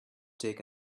take